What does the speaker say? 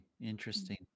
Interesting